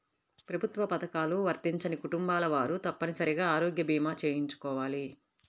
ప్రభుత్వ పథకాలు వర్తించని కుటుంబాల వారు తప్పనిసరిగా ఆరోగ్య భీమా చేయించుకోవాలి